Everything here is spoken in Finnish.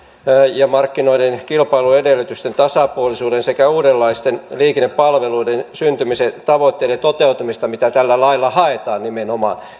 ja markkinoiden kilpailuedellytysten tasapuolisuuden sekä uudenlaisten liikennepalveluiden syntymisen tavoitteiden toteutumista mitä tällä lailla haetaan nimenomaan